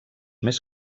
més